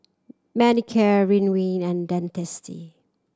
Manicare Ridwind and Dentiste